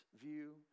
view